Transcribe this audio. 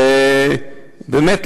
ובאמת,